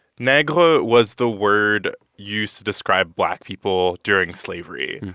negre was the word used to describe black people during slavery.